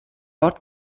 ort